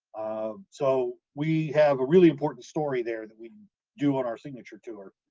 so we have a really important story there that we do on our signature tour.